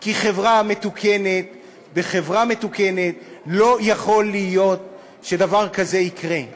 כי בחברה מתוקנת לא יכול להיות שדבר כזה יקרה.